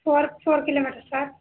four four kilometers sir